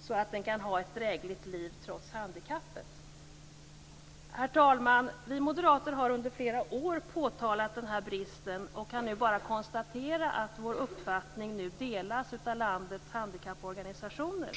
skall kunna ha ett drägligt liv trots handikappet. Herr talman! Vi moderater har under flera år påtalat denna brist. Vi kan bara konstatera att vår uppfattning nu delas av landets handikapporganisationer.